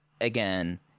Again